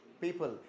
people